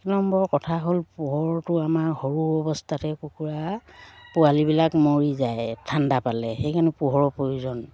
এক নম্বৰ কথা হ'ল পোহৰটো আমাৰ সৰু অৱস্থাতে কুকুৰা পোৱালিবিলাক মৰি যায় ঠাণ্ডা পালে সেইকাৰণে পোহৰৰ প্ৰয়োজন